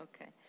Okay